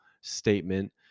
statement